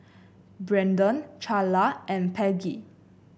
Brenden Charla and Peggy